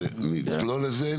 נצלול לזה,